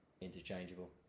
interchangeable